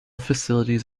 facilities